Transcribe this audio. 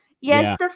yes